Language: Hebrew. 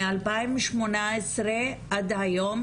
מ-2018 עד היום,